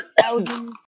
thousand